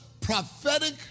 prophetic